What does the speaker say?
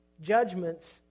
judgments